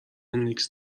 نیکز